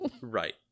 Right